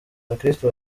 abakristo